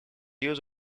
use